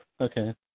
Okay